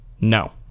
no